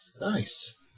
nice